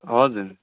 हजुर